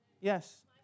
Yes